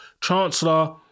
chancellor